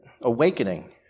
awakening